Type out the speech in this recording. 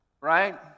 Right